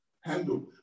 handle